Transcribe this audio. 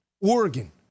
Oregon